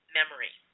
memory